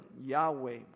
Yahweh